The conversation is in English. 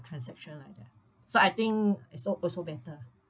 transaction like that so I think it's so also better